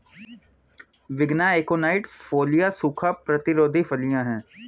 विग्ना एकोनाइट फोलिया सूखा प्रतिरोधी फलियां हैं